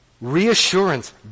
Reassurance